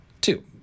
Two